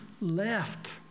left